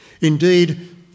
Indeed